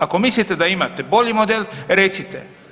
Ako mislite da imate bolji model recite.